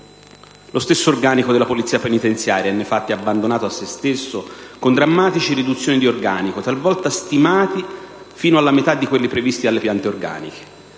Lo stesso organico della Polizia penitenziaria è nei fatti abbandonato a se stesso con drammatici riduzioni di organico, talvolta stimati fino alla metà di quelli previsti dalle piante organiche.